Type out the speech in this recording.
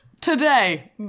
Today